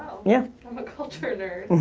yeah i'm a culture nerd.